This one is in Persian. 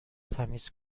تمیز